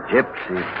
Gypsy